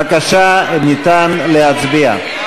בבקשה, ניתן להצביע.